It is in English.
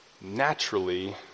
naturally